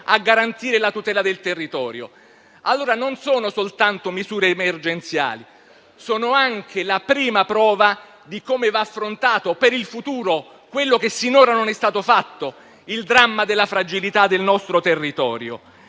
a garantire la tutela del territorio. Non si tratta, quindi, soltanto di misure emergenziali, ma anche della prima prova di come va affrontato per il futuro, come finora non è stato fatto, il dramma della fragilità del nostro territorio.